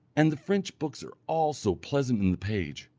and the french books are all so pleasant in the page,